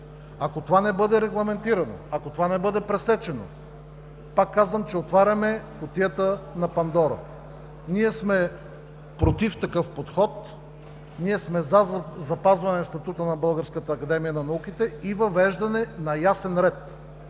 Ако това не бъде регламентирано, ако това не бъде пресечено, пак казвам, отваряме кутията на Пандора. Ние сме против такъв подход, ние сме за запазване на статута на Българската академия на науките и въвеждане на ясен ред.